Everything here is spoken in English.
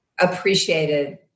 appreciated